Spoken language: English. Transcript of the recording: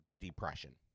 depression